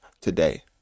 today